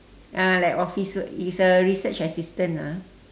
ah like office work it's a research assistant ah